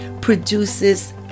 produces